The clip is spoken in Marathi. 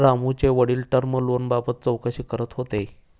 रामूचे वडील टर्म लोनबाबत चौकशी करत होते